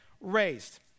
raised